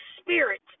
spirit